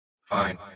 Fine